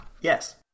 Yes